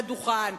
עליתי לכאן לדוכן,